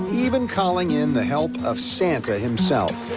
even calling in the help of san himself.